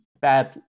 badly